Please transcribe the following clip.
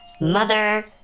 Mother